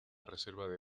reserva